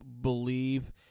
believe